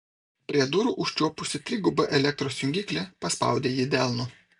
prie durų užčiuopusi trigubą elektros jungiklį paspaudė jį delnu